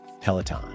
Peloton